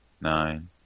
nine